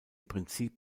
prinzip